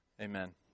amen